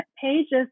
pages